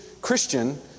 Christian